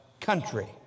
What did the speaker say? country